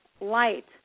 light